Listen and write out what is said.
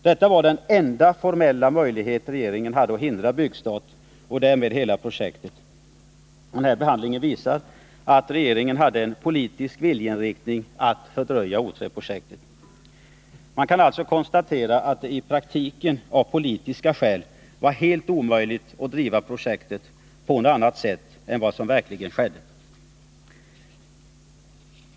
Detta var den enda formella möjlighet regeringen hade att hindra byggstart och därmed hela projektet. Den här behandlingen visar att regeringen hade en politisk viljeinriktning att fördröja O 3-projektet. Man kan alltså konstatera att det i praktiken av politiska skäl var helt omöjligt att driva projektet på något annat sätt än som verkligen skedde.